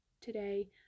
today